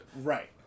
Right